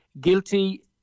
guilty